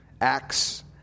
Acts